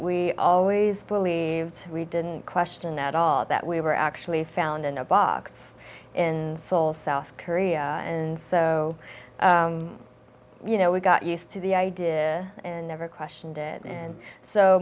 we always believed we didn't question at all that we were actually found in a box in seoul south korea and so you know we got used to the idea and never questioned it and so